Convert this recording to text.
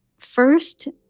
first,